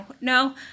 No